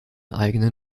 eigenen